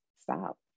stop